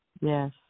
Yes